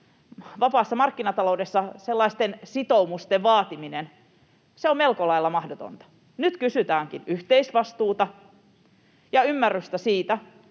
vapaassa markkinataloudessa sellaisten sitoumusten vaatiminen on melko lailla mahdotonta. Nyt kysytäänkin yhteisvastuuta ja ymmärrystä siitä,